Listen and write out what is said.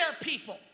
people